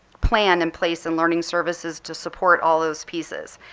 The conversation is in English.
plan in place in learning services to support all those pieces.